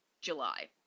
July